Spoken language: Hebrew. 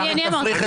אני אמרתי.